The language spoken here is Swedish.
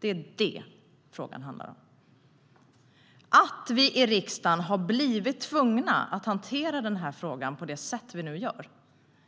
Det är det som frågan handlar om. Att vi i riksdagen har blivit tvungna att hantera den här frågan på det sätt som vi nu gör